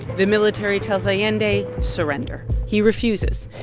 the military tells allende, surrender. he refuses.